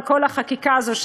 על כל החקיקה הזאת,